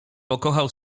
pokochał